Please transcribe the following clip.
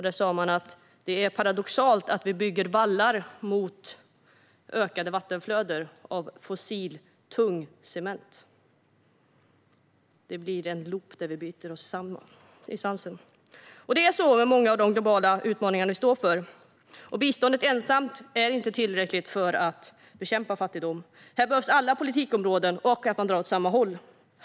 Där sa man att det är paradoxalt att vi bygger vallar mot ökade vattenflöden av fossiltung cement. Det blir en loop där vi biter oss i svansen. Det är så med många av de globala utmaningar vi står inför. Biståndet ensamt är inte tillräckligt för att bekämpa fattigdom. Här behövs alla politikområden, och man måste dra åt samma håll.